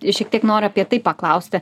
ir šiek tiek noriu apie tai paklausti